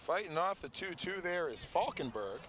fight off the two two there is fucking bird